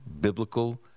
biblical